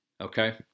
Okay